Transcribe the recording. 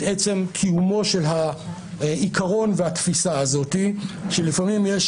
את עצם קיומו של העיקרון והתפיסה הזאת שלפעמים יש